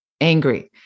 angry